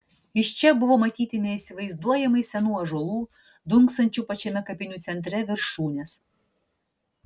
iš čia buvo matyti neįsivaizduojamai senų ąžuolų dunksančių pačiame kapinių centre viršūnės